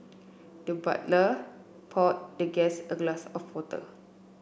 the butler poured the guest a glass of water